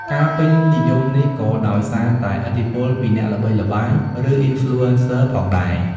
ការពេញនិយមនេះក៏ដោយសារតែឥទ្ធិពលពីអ្នកល្បីល្បាញឬ Influencer ផងដែរ។